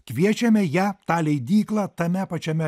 kviečiame ją tą leidyklą tame pačiame